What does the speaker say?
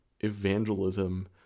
evangelism